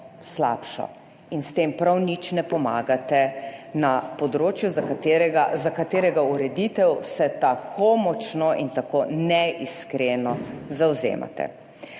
in s tem prav nič ne pomagate na področju za katerega, za katerega ureditev se tako močno in tako neiskreno zavzemate.